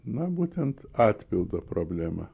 na būtent atpildo problema